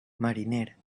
mariner